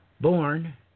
born